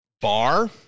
bar